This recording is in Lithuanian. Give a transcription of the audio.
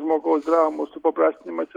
žmogaus dramų supaprastinimas